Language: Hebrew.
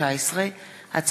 התשע"ד 2014,